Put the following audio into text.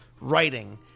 writing